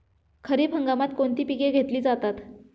खरीप हंगामात कोणती पिके घेतली जातात?